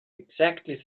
exactly